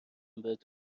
بهت